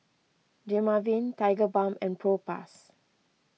Dermaveen Tigerbalm and Propass